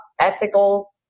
ethical